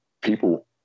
people